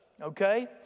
okay